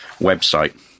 website